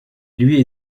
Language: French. lui